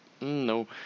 No